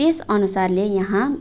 त्यस अनुसारले यहाँ